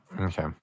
Okay